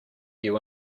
you